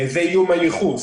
זה איום הייחוס.